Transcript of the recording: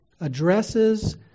addresses